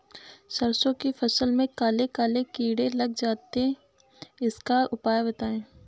सरसो की फसल में काले काले कीड़े लग जाते इसका उपाय बताएं?